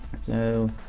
so,